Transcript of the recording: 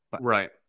Right